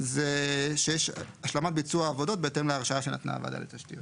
זה שיש השלמת ביצוע העבודות בהתאם להרשאה שנתנה הוועדה לתשתיות.